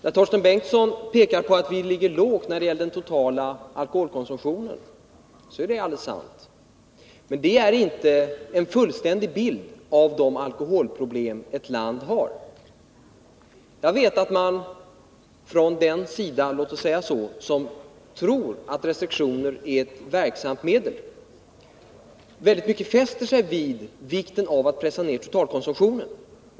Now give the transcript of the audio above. När Torsten Bengtson påpekar att vi ligger lågt när det gäller den totala alkoholkonsumtionen så är det helt sant. Men det är inte att ge en fullständig bild av de alkoholproblem ett land har. Jag vet att de som tror att restriktioner är ett verksamt medel fäster sig mycket vid vikten av att pressa ned totalkonsumtionen.